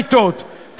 אין שתי אמיתות,